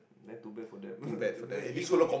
then too bad for them then he go again